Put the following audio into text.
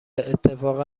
اتفاقا